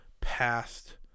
past